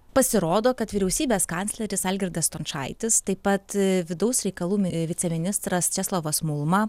pasirodo kad vyriausybės kancleris algirdas stončaitis taip pat vidaus reikalų viceministras česlovas mulma